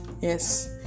Yes